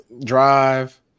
drive